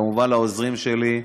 כמובן לעוזרים שלי,